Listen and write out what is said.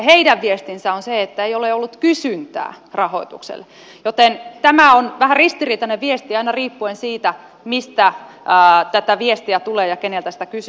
heidän viestinsä on se että ei ole ollut kysyntää rahoitukselle joten tämä on vähän ristiriitainen viesti aina riippuen siitä mistä tätä viestiä tulee ja keneltä sitä kysyy